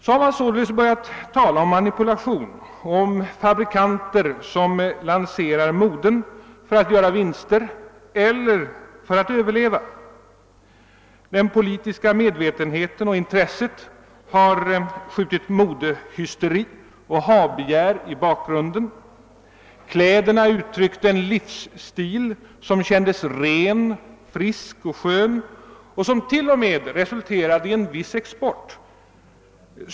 Man har således börjat tala om manipulation och om fabrikanter som lanserar moden för att göra vinster eller för att överleva. Den politiska medvetenheten och det politiska intresset har skjutit modehysteri och ha-begär i bakgrunden. Kläderna har blivit uttryck för en livsstil som känns ren, frisk och skön och som t.o.m. resulterat i en viss export.